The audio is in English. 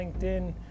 LinkedIn